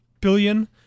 billion